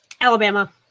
alabama